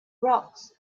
rocks